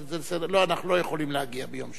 לא, אנחנו לא יכולים להגיע ביום שלישי.